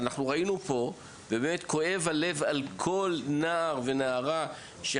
אנחנו ראינו פה וכואב הלב על כל נער ונערה שנפגעו